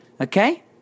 okay